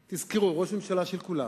תזכרו, ראש ממשלה הוא של כולם.